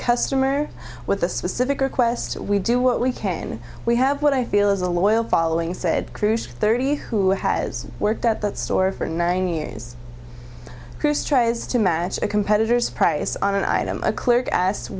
customer with a specific request we do what we can we have what i feel is a loyal following said cruz thirty who has worked at that store for nine years chris tries to match a competitor's price on an item a clerk asked